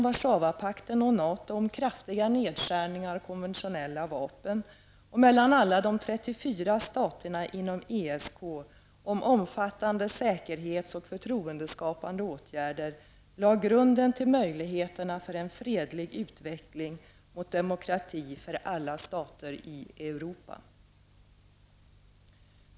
Warszawapakten och NATO om kraftiga nedskärningar av konventionella vapen och mellan alla de 34 staterna inom ESK om omfattande säkerhets och förtroendeskapande åtgärder lade grunden till möjligheterna för en fredlig utveckling mot demokrati för alla stater i Europa.